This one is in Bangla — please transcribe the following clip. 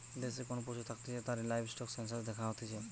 দেশে কোন পশু থাকতিছে তার লাইভস্টক সেনসাস দ্যাখা হতিছে